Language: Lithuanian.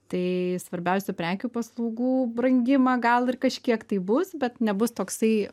tai svarbiausia prekių paslaugų brangimą gal ir kažkiek tai bus bet nebus toksai